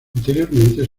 anteriormente